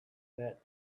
that